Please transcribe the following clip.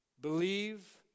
believe